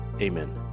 amen